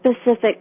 specific